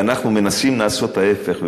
ואנחנו מנסים לעשות ההפך.